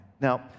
Now